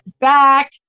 back